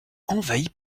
envahie